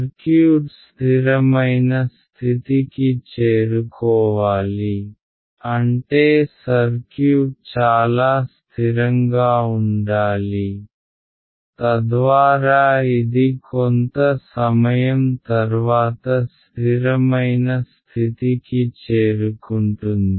circuit స్ధిరమైన స్థితికి చేరుకోవాలి అంటే సర్క్యూట్ చాలా స్థిరంగా ఉండాలి తద్వారా ఇది కొంత సమయం తర్వాత స్ధిరమైన స్థితికి చేరుకుంటుంది